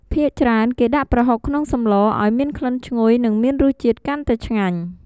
ភាគច្រើនគេដាក់ប្រហុកក្នុងសម្លឱ្យមានក្លិនឈ្ងុយនិងមានរសជាតិកាន់តែឆ្ងាញ់។